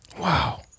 Wow